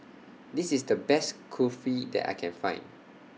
This IS The Best Kulfi that I Can Find